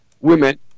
women